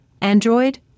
Android